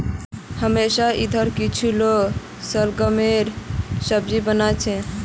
हमसार इधर कुछू लोग शलगमेर सब्जी बना छेक